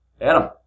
Adam